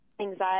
anxiety